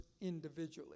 individually